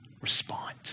Respond